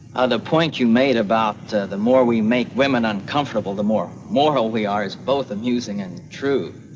the point you made about the more we make women uncomfortable the more moral we are is both amusing and true,